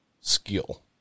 skill